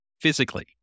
Physically